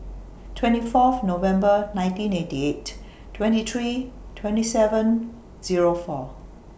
twenty Fourth November nineteen ninety eight twenty three twenty seven four